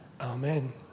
Amen